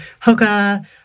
Hoka